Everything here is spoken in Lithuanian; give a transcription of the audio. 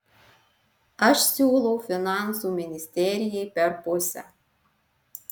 aš siūlau finansų ministerijai per pusę